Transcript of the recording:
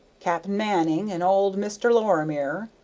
cap'n manning and old mr. lorimer,